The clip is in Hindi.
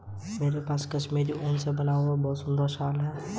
मेरे पास कश्मीरी ऊन से बना हुआ बहुत सुंदर शॉल है